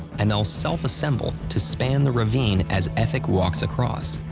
and they'll self-assemble to span the ravine as ethic walks across.